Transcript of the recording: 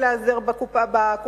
אפשר יהיה להיעזר בזה.